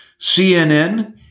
CNN